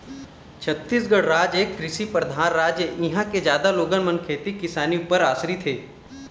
छत्तीसगढ़ राज एक कृषि परधान राज ऐ, इहाँ के जादा लोगन मन खेती किसानी ऊपर आसरित हे